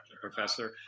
Professor